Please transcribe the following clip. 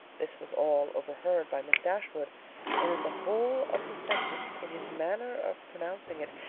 this was all overheard by miss dashwood and in the whole of the sentence, in his manner of pronouncing it,